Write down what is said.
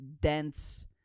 dense